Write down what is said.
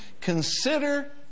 Consider